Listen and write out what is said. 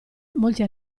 molti